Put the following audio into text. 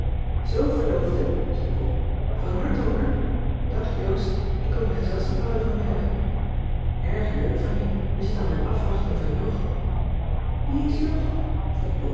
verloofde zei pop van harte hoor dag joost ik kom je gezelschap houden vanmiddag cissy van marxveldt de h b s tijd van joop ter heul erg leuk van je we zitten al in afwachting van jog wie is jog